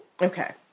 Okay